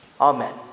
Amen